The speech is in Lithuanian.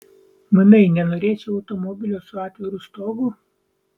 manai nenorėčiau automobilio su atviru stogu